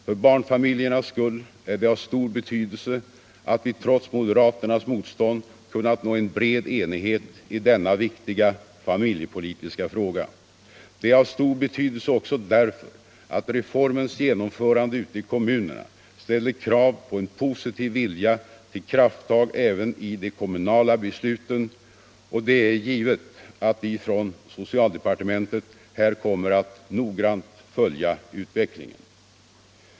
För barnfamiljernas skull är det av stor betydelse att vi trots moderaternas motstånd kunnat nå en bred enighet i denna viktiga familjepolitiska fråga. Det är av stor betydelse också därför att reformens genomförande ute i kommunerna ställer krav på en positiv vilja till krafttag även i de kommunala besluten, och det är givet att vi från socialdepartementet här kommer att noggrant följa utvecklingen.